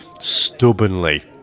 Stubbornly